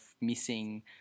missing